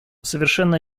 совершенно